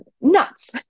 nuts